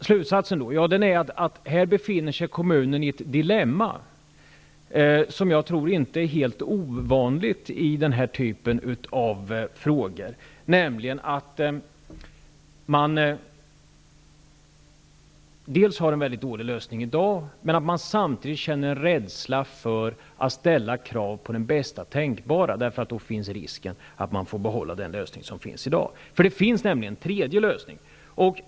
Slutsaten blir att kommunen här befinner sig i ett dilemma som jag tror är inte helt ovanligt i den här typen av frågor, nämligen dels att man i dag har en mycket dålig lösning, dels att man samtidigt känner rädsla för att ställa krav på bästa tänkbara alternativ, eftersom det då finns risk för att man får behålla den lösning som finns i dag. Det finns en tredje lösning.